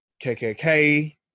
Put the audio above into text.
KKK